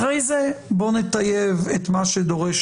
אחרי זה נטייב את מה שדורש